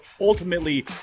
ultimately